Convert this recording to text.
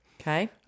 Okay